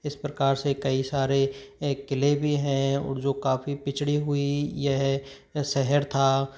इस प्रकार से कई सारे एक किले भी हैं और जो काफ़ी पिछड़ी हुई यह शहर था